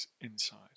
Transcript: inside